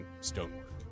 stonework